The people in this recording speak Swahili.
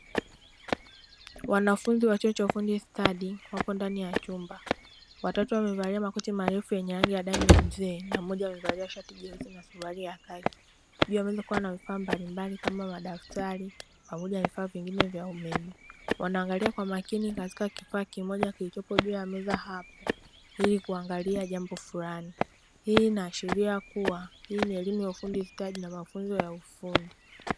Wanafunzi wa chuo cha Ufundi stadi wapo ndani ya chumba. Watatu wamevalia makoti marefu yenye rangi ya damu ya mzee na mmoja amevalia shati jeusi na suruali ya khaki. Juu ya meza kumekuwa na vifaa mbalimbali kama madaftari pamoja na vifaa vingine vya umeme. Wanaangalia kwa makini katika kifaa kimoja kilichopo juu ya meza hapo ili kuangalia jambo fulani. Hii inaashiria kuwa hii ni elimu ya ufundi stadi na mafunzo ya ufundi.